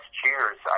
Cheers